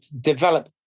develop